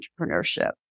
entrepreneurship